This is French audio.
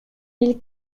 mille